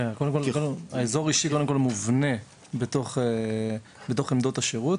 האזור האישי קודם כל מובנה בתוך עמדות השירות,